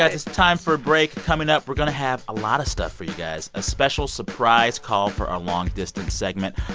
it's time for a break. coming up, we're going to have a lot of stuff for you guys a special surprise call for our long distance segment,